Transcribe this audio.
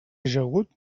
ajagut